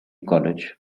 college